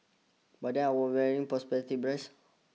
by then I were wearing perspective breast